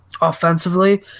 offensively